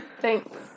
Thanks